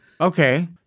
Okay